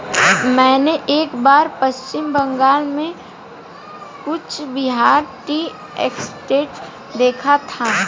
मैंने एक बार पश्चिम बंगाल में कूच बिहार टी एस्टेट देखा था